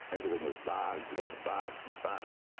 everything was vaagner-vaagner-vaagner.